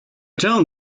town